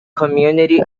community